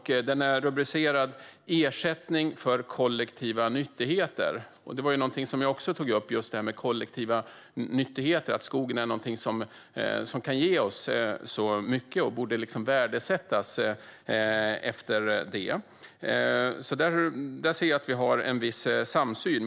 Den är rubricerad "Ersättning för kollektiva nyttigheter". Jag tog också upp detta med att skogen kan ge oss så mycket och borde värdesättas därefter, så här ser jag att vi har en viss samsyn.